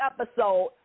episode